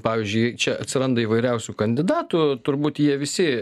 pavyzdžiui čia atsiranda įvairiausių kandidatų turbūt jie visi